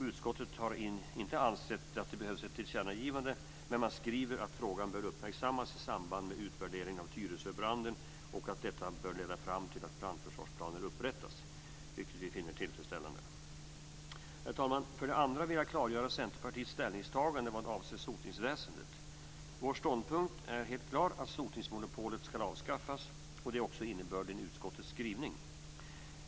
Utskottet har inte ansett att det behövs ett tillkännagivande men skriver att frågan bör uppmärksammas i samband med utvärderingen av Tyresöbranden och att detta bör leda fram till att brandförsvarsplaner upprättas. Vi finner detta vara tillfredsställande. Herr talman! För det andra vill jag klargöra Centerpartiets ställningstagande vad avser sotningsväsendet. Vår ståndpunkt är helt klar, att sotningsmonopolet ska avskaffas. Det är också innebörden i utskottets skrivning.